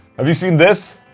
have you seen this?